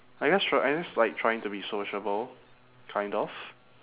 I guess tr~ I guess like trying to be sociable kind of